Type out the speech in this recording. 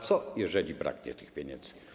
A co, jeżeli braknie tych pieniędzy?